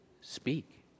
speak